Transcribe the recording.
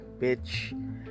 bitch